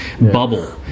bubble